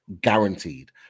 guaranteed